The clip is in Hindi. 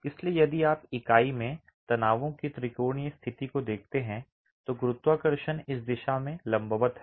इसलिए यदि आप इकाई में तनावों की त्रिकोणीय स्थिति को देखते हैं तो गुरुत्वाकर्षण इस दिशा में लंबवत है